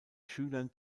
schülern